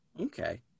Okay